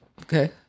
Okay